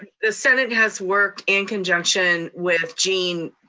the senate has worked in conjunction with gene,